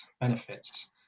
benefits